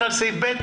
לסעיף (ב)?